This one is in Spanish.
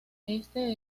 éste